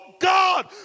God